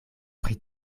pri